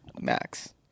max